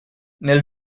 nel